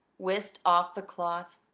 whisked off the cloth.